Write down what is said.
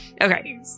Okay